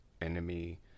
enemy